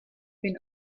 been